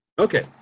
Okay